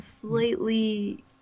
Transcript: slightly